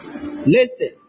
Listen